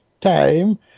time